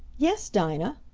yes, dinah,